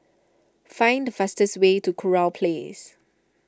find the fastest way to Kurau Place